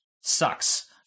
Sucks